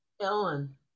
Ellen